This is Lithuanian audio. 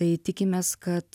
tai tikimės kad